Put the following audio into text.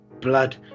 Blood